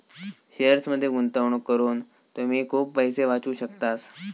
शेअर्समध्ये गुंतवणूक करून तुम्ही खूप पैसे वाचवू शकतास